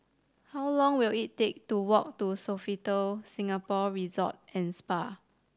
how long will it take to walk to Sofitel Singapore Resort and Spa